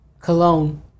cologne